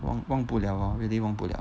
忘忘不了 lor really 忘不了